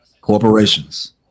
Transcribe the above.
corporations